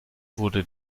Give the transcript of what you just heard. wurde